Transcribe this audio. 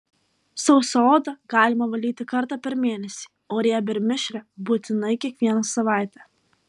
sausą odą galima valyti kartą per mėnesį o riebią ir mišrią būtinai kiekvieną savaitę